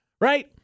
Right